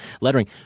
lettering